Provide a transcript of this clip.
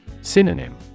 Synonym